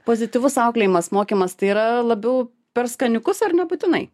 pozityvus auklėjimas mokymas tai yra labiau per skaniukus ar nebūtinai